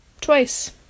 Twice